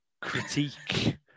critique